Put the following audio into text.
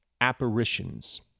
apparitions